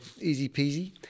easy-peasy